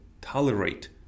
tolerate